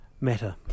matter